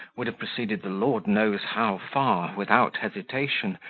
would have proceeded the lord knows how far, without hesitation,